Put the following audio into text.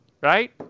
right